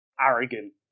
Arrogant